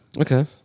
okay